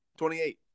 28